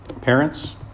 parents